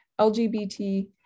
LGBT